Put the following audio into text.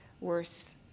worse